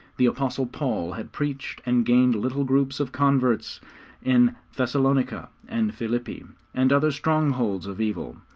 the apostle paul had preached and gained little groups of converts in thessalonica and philippi and other strongholds of evil,